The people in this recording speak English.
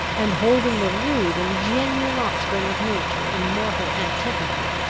and holding the rude and genuine offspring of nature in mortal antipathy.